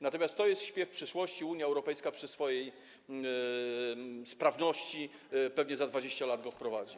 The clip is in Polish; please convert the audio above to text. Natomiast to jest śpiew przyszłości, Unia Europejska przy swojej sprawności pewnie za 20 lat go wprowadzi.